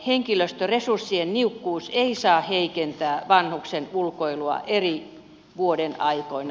henkilöstöresurssien niukkuus ei saa heikentää vanhuksen ulkoilua eri vuodenaikoina